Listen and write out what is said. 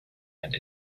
and